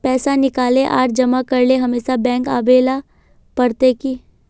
पैसा निकाले आर जमा करेला हमेशा बैंक आबेल पड़ते की?